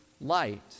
light